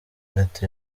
ati